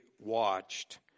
watched